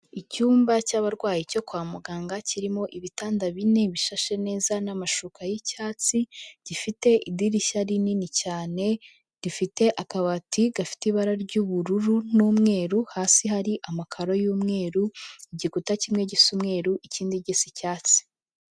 Icyumba cy'abarwayi cyo kwa muganga, kirimo ibitanda bine bishashe neza n'amashuka y'icyatsi, gifite idirishya rinini cyane, rifite akabati gafite ibara ry'ubururu n'umweru, hasi hari amakaro y'umweru, igikuta kimwe gisa umweruru ikindi gisa icyatsi.